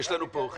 יש לנו פה אורחים.